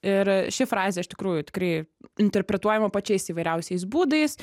ir ši frazė iš tikrųjų tikrai interpretuojama pačiais įvairiausiais būdais